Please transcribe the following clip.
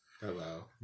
hello